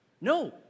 No